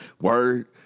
word